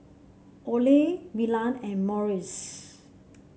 Olay Milan and Morries